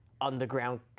underground